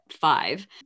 five